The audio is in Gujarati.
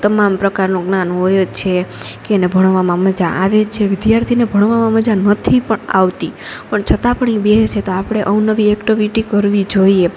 તમામ પ્રકારનું જ્ઞાન હોય જ છે કે એને ભણવામાં મજા આવે છે વિદ્યાર્થીને ભણવામાં મજા નથી પણ આવતી પણ છતાં પણ એ બેસે છે તો આપણે અવનવી એક્ટીવિટી કરવી જોઈએ